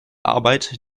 arbeit